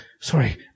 sorry